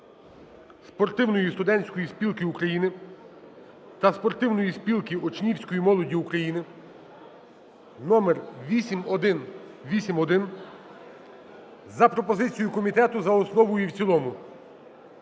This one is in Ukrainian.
Спортивної студентської спілки України та Спортивної спілки учнівської молоді України) (№ 8181) за пропозицією комітету за основу і в цілому,